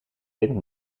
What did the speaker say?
wind